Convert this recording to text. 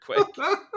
quick